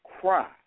cry